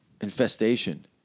Infestation